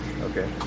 Okay